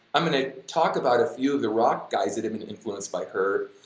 i'm gonna talk about a few of the rock guys that had been influenced by her,